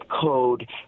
code